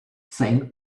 sein